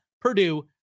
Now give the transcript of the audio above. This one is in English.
Purdue